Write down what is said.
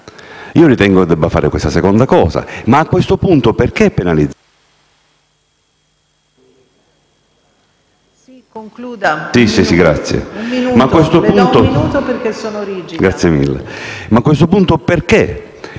Ritengo che debba fare questa seconda cosa. Ma a questo punto, perché penalizzare...